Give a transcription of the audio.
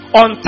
on